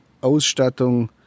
Ausstattung